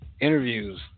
interviews